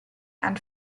and